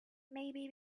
maybe